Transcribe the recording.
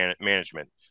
management